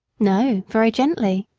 no, very gently.